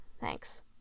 Thanks